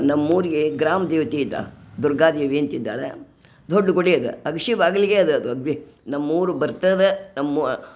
ನಮ್ಮೂರಿಗೆ ಗ್ರಾಮ ದೇವತೆ ಇದ್ದಾಳ ದುರ್ಗಾ ದೇವಿ ಅಂತಿದ್ದಾಳೆ ದೊಡ್ಡ ಗುಡಿ ಅದು ಬಾಗಿಲಿಗೆ ಅದು ನಮ್ಮೂರು ಬರ್ತದ ನಮ್ಮ